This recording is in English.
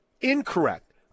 Incorrect